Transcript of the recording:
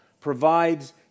provides